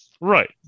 Right